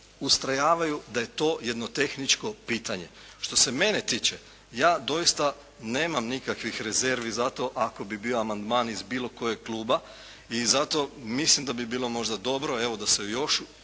ustrajavaju da je to jedno tehničko pitanje. Što se mene tiče ja doista nemam nikakvi rezervi za to ako bi bio amandman iz bilo kojeg kluba i zato mislim da bi bilo možda dobro evo da se još